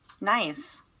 Nice